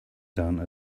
done